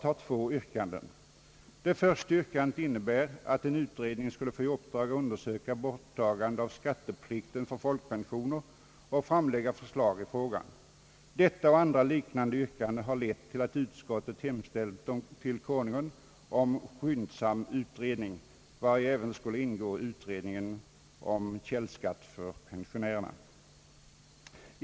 Det första yrkandet innebar att en utredning skulle få i uppdrag att undersöka borttagandet av skatteplikten för folkpensionärer och framlägga ett förslag i frågan. Detta och andra liknande yrkanden har lett till att utskottet hemställt hos Kungl. Maj:t om skyndsam utredning, vari även skulle ingå utredring om källskatt för pensionärer.